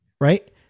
Right